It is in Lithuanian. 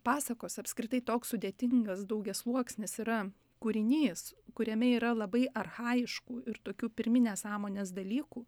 pasakos apskritai toks sudėtingas daugiasluoksnis yra kūrinys kuriame yra labai archajiškų ir tokių pirminės sąmonės dalykų